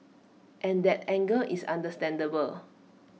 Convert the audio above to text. and that anger is understandable